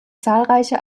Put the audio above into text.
zahlreiche